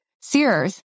Sears